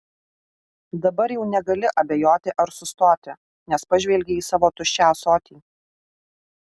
dabar jau negali abejoti ar sustoti nes pažvelgei į savo tuščią ąsotį